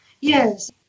yes